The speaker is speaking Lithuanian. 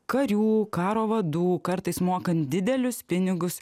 karių karo vadų kartais mokant didelius pinigus